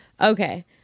Okay